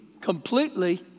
completely